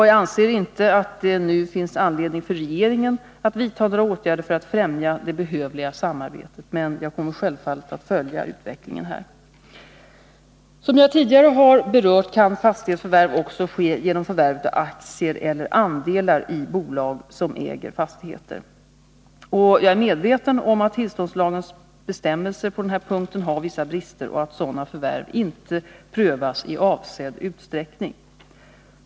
Jag anser inte att det nu finns anledning för regeringen att vidta några åtgärder för att främja det behövliga samarbetet, men jag kommer självfallet att följa utvecklingen här. Som jag tidigare har berört kan fastighetsförvärv också ske genom förvärv av aktier eller andelar i bolag som äger fastigheter. Jag är medveten om att tillståndslagens bestämmelser på denna punkt har vissa brister och att sådana förvärv inte prövas i avsedd utsträckning.